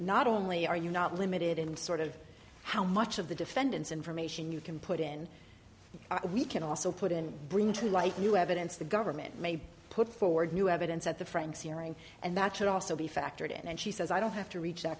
not only are you not limited in sort of how much of the defendant's information you can put in we can also put in bringing to light new evidence the government may put forward new evidence at the friends hearing and that should also be factored in and she says i don't have to reach out